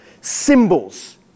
symbols